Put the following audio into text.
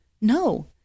No